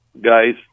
guys